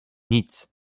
nic